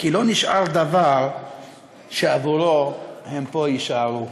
/ כי לא נשאר דבר שעבורו הם פה יישארו."